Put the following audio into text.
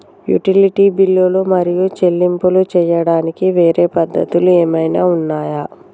Utility బిల్లులు మరియు చెల్లింపులు చేయడానికి వేరే పద్ధతులు ఏమైనా ఉన్నాయా?